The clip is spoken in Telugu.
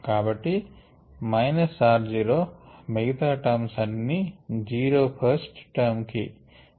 కాబట్టి మైనస్ r జీరో మిగతా టర్మ్స్ అన్నీ జీరో ఫస్ట్ టర్మ్ కి